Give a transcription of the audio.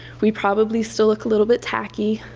we probably still look a little bit tacky,